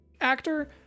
actor